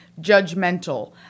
judgmental